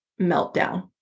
meltdown